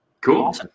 Cool